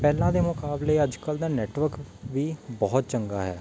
ਪਹਿਲਾਂ ਦੇ ਮੁਕਾਬਲੇ ਅੱਜ ਕੱਲ੍ਹ ਦਾ ਨੈਟਵਰਕ ਵੀ ਬਹੁਤ ਚੰਗਾ ਹੈ